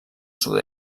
sud